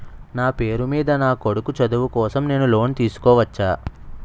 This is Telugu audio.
నా పేరు మీద నా కొడుకు చదువు కోసం నేను లోన్ తీసుకోవచ్చా?